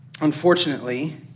Unfortunately